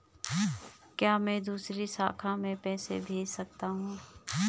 क्या मैं दूसरी शाखा में पैसे भेज सकता हूँ?